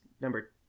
number